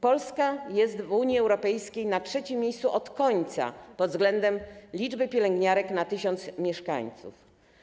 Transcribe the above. Polska jest w Unii Europejskiej na trzecim miejscu od końca pod względem liczby pielęgniarek na 1 tys. mieszkańców.